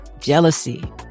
jealousy